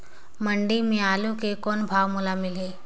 मंडी म आलू के कौन भाव मोल मिलही?